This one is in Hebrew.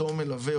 אותו מלווה,